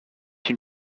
une